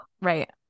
right